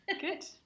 Good